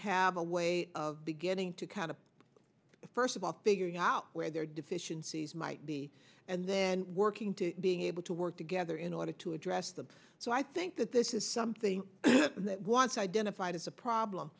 have a way of beginning to kind of first of all figure out where their deficiencies might be and then working to being able to work together in order to address them so i think that this is something that once identified as a problem